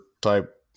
type